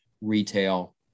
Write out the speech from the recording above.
retail